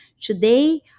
Today